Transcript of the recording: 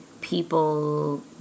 people